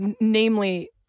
namely